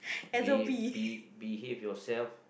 behave be~ behave yourself